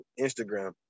Instagram